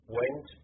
went